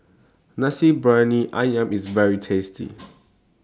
Nasi Briyani Ayam IS very tasty